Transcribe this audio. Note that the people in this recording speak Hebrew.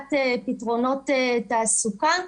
במציאת פתרונות תעסוקה.